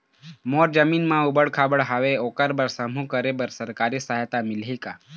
मोर जमीन म ऊबड़ खाबड़ हावे ओकर बर समूह करे बर सरकारी सहायता मिलही का?